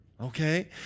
Okay